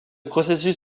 processus